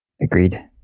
Agreed